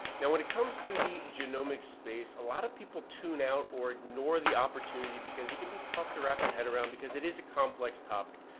now, when it comes to the genomic space, a lot of people tune out or ignore the opportunity because it can be tough to wrap your head around because it is a complex topic.